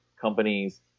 companies